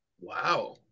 Wow